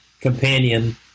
companion